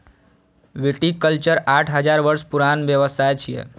viticulture आठ हजार वर्ष पुरान व्यवसाय छियै